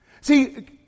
See